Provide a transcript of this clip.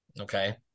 okay